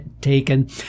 taken